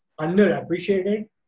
underappreciated